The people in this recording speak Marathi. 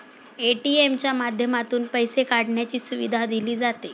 ए.टी.एम च्या माध्यमातून पैसे काढण्याची सुविधा दिली जाते